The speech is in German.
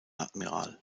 admiral